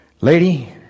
Lady